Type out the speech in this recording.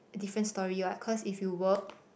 different story what cause if you work